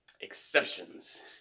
Exceptions